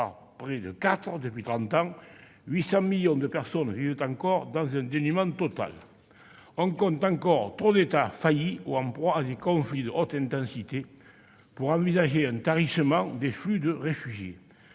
par quatre depuis trente ans, 800 millions de personnes vivent encore dans un dénuement total. On compte encore trop d'États faillis ou en proie à des conflits de haute intensité pour envisager un tarissement des flux de réfugiés.